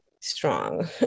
strong